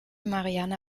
marianne